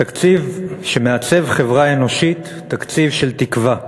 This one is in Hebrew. תקציב שמעצב חברה אנושית, תקציב של תקווה.